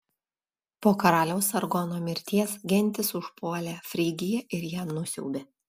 po karaliaus sargono mirties gentys užpuolė frygiją ir ją nusiaubė